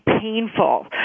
painful